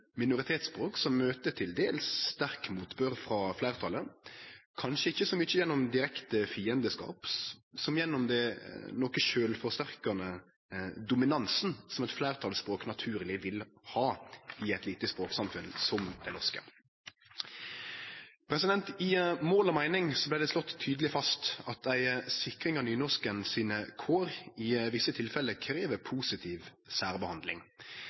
minoritetsspråk som møter til dels sterk motbør frå fleirtalet, kanskje ikkje så mykje gjennom direkte fiendeskap som gjennom den noko sjølvforsterkande dominansen som eit fleirtalsspråk naturleg vil ha i eit lite språksamfunn som det norske. I Mål og meining vart det slått tydeleg fast at ei sikring av nynorsken sine kår i visse tilfelle krev positiv særbehandling.